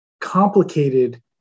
complicated